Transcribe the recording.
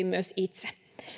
myös itse